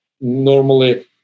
normally